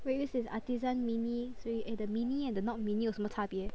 wait this is Artisan Mini three eh the mini and the not mini 有什么差别